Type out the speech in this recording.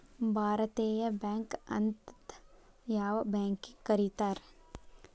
ಭಾರತೇಯ ಬ್ಯಾಂಕ್ ಅಂತ್ ಯಾವ್ ಬ್ಯಾಂಕಿಗ್ ಕರೇತಾರ್?